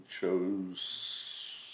chose